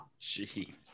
Jeez